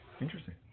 Interesting